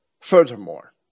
Furthermore